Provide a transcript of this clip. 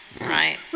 right